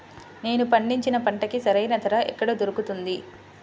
నేను పండించిన పంటకి సరైన ధర ఎక్కడ దొరుకుతుంది?